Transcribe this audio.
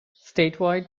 statewide